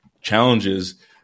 challenges